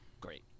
Great